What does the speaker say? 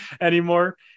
anymore